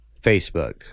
Facebook